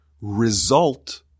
result